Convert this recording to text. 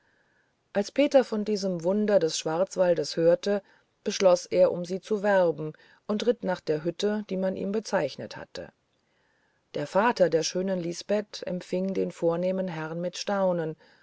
als peter von diesem wunder des schwarzwalds hörte beschloß er um sie zu werben und ritt nach der hütte die man ihm bezeichnet hatte der vater der schönen lisbeth empfing den vornehmen herrn mit staunen